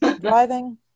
driving